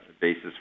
basis